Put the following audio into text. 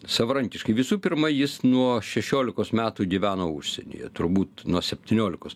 savarankiškai visų pirma jis nuo šešiolikos metų gyvena užsienyje turbūt nuo septyniolikos